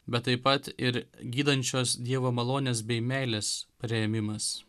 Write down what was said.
bet taip pat ir gydančios dievo malonės bei meilės priėmimas